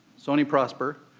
sony prosper,